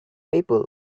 people